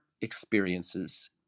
experiences